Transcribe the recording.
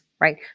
right